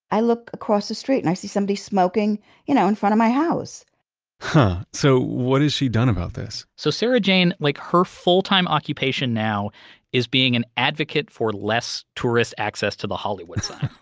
i look across the street and i see somebody smoking you know in front of my house huh. so what has she done about this? so sarahjane, like her full-time occupation now is being an advocate for less tourist access to the hollywood sign.